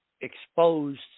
exposed